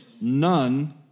None